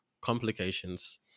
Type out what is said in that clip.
complications